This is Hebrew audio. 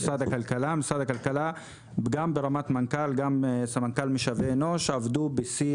גם המנכ"ל וגם סמנכ"ל משאבי אנוש עבדו בשיא